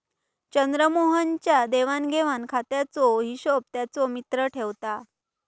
चंद्रमोहन च्या देवाण घेवाण खात्याचो हिशोब त्याचो मित्र ठेवता